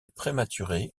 prématurée